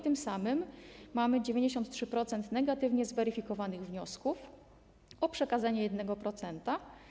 Tym samym mamy 93% negatywnie zweryfikowanych wniosków o przekazanie 1%.